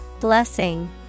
Blessing